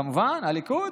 כמובן, הליכוד.